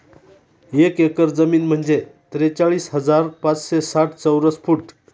एक एकर जमीन म्हणजे त्रेचाळीस हजार पाचशे साठ चौरस फूट